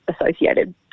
associated